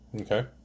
Okay